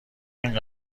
این